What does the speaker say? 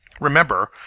Remember